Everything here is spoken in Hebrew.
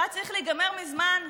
שהיה צריך להיגמר מזמן?